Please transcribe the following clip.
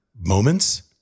moments